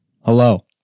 Hello